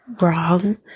wrong